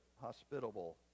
hospitable